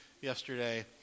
yesterday